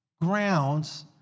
grounds